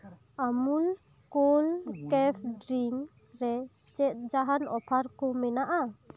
ᱟᱢᱩᱞ cool cafe drink ᱨᱮ ᱪᱮᱫ ᱡᱟᱸᱦᱟᱱ ᱚᱯᱷᱟᱨ ᱠᱚ ᱢᱮᱱᱟᱜ ᱼᱟ